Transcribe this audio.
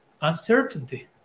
uncertainty